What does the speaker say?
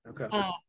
Okay